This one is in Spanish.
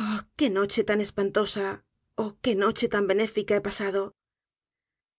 oh qué noche tan espantosa olí que noche tan benéfica he pasado